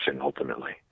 ultimately